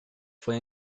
fue